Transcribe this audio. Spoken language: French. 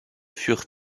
furent